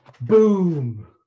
boom